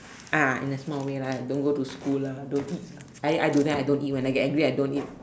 ah in the small way like don't go to school lah don't eat lah I I do that I don't eat when I get angry I don't eat